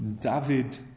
David